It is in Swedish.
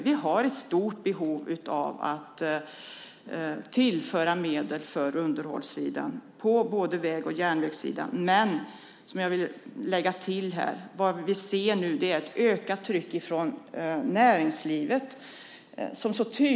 Vi har ett stort behov av att tillföra medel på underhållssidan. Det gäller både vägar och järnvägar. Jag vill tillägga att vi ser ett ökat tryck från näringslivet.